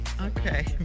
Okay